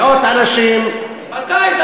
מאות אנשים, מתי,